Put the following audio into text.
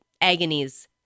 agonies